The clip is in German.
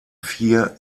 vier